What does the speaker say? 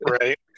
Right